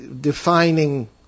defining